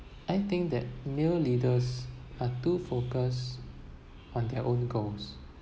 I think that male leaders are too focused on their own goals